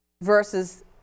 versus